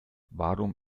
warum